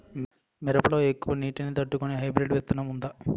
మిరప లో ఎక్కువ నీటి ని తట్టుకునే హైబ్రిడ్ విత్తనం వుందా?